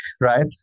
right